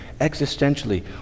existentially